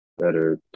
better